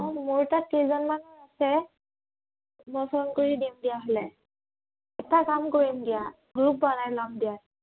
অঁ মোৰ তাত কেইজনমানৰ আছে মই ফোন কৰি দিম দিয়া হ'লে এটা কাম কৰিম দিয়া গ্ৰুপ বনাই ল'ম দিয়া